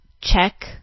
check